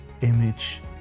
image